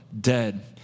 dead